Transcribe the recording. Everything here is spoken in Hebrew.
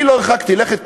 אני לא הרחקתי לכת,